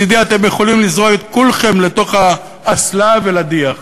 מצדי אתם יכולים לזרוק את כולכם לתוך האסלה ולהדיח.